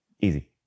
Easy